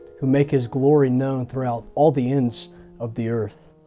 who make his glory known throughout all the ends of the earth.